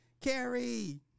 Carrie